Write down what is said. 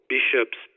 bishops